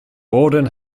borden